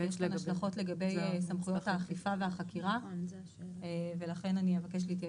יש השלכות לגבי סמכויות האכיפה והחקירה ולכן אני אבקש להתייעץ.